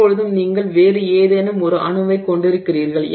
எப்போதுமே நீங்கள் வேறு ஏதேனும் ஒரு அணுவைக் கொண்டிருக்கிறீர்கள்